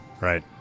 Right